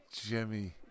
Jimmy